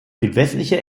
südwestliche